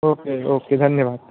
okay okay धन्यवाद